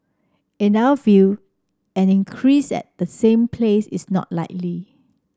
in our view an increase at the same place is not likely